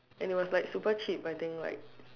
and it was like super cheap I think like